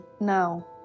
now